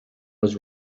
was